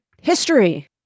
history